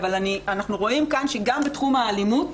אבל אנחנו רואים כאן שגם בתחום האלימות